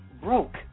broke